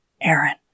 Aaron